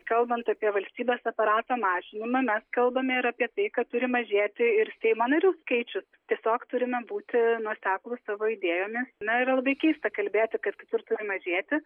kalbant apie valstybės aparato mažinimą mes kalbame ir apie tai kad turi mažėti ir seimo narių skaičius tiesiog turime būti nuoseklūs savo idėjomis na ir labai keista kalbėti kad kitur turi mažėti